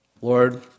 Lord